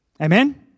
Amen